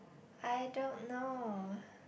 I don't know